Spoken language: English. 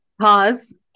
Pause